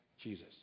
Jesus